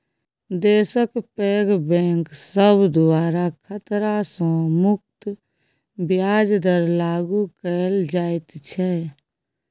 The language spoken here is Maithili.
देशक पैघ बैंक सब द्वारा खतरा सँ मुक्त ब्याज दर लागु कएल जाइत छै